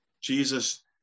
Jesus